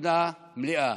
חתונה מלאה.